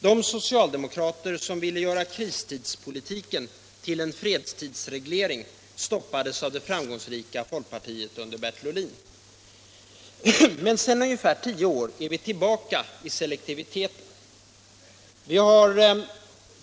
De socialdemokrater som ville göra kristidspolitiken till en fredstidsreglering stoppades av det framgångsrika folkpartiet under Bertil Ohlin. Men sedan ungefär tio år är vi tillbaka i selektiviteten. Vi har